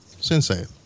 sensei